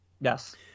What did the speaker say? Yes